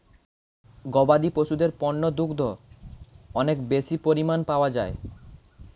গবাদি পশুদের পণ্য দুগ্ধ অনেক বেশি পরিমাণ পাওয়া যায়